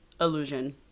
illusion